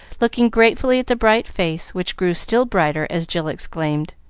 looking gratefully at the bright face, which grew still brighter as jill exclaimed